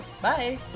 Bye